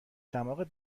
دماغت